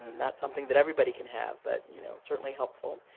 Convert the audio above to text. not something that everybody can have, but you know certainly helpful.